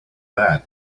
that